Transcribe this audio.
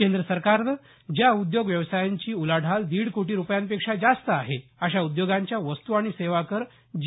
केंद्र सरकारनं ज्या उद्योग व्यवसायांची उलाढाल दीड कोटी रुपयांपेक्षा जास्त आहे अशा उद्योगांच्या वस्तू आणि सेवा कर जी